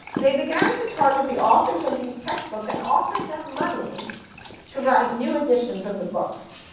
they began to target the authors of these textbooks and offered them money to write new editions of the books.